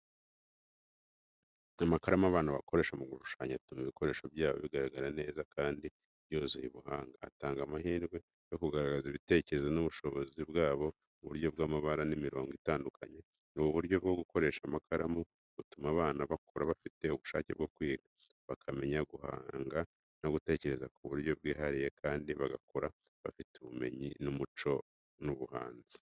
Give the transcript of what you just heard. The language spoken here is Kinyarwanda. Amakaramu abana bakoresha mu gushushanya atuma ibikorwa byabo bigaragara neza kandi byuzuye ubuhanga. Atanga amahirwe yo kugaragaza ibitekerezo n'ubushobozi bwabo mu buryo bw’amabara n’imirongo itandukanye. Ubu buryo bwo gukoresha amakaramu butuma abana bakura bafite ubushake bwo kwiga, bakamenya guhanga no gutekereza ku buryo bwihariye, kandi bagakura bafite ubumenyi n’umuco w’ubuhanzi.